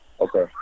okay